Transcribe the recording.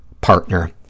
partner